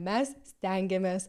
mes stengiamės